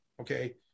okay